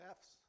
Fs